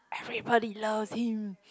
everybody loves him